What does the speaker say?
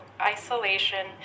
isolation